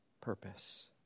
purpose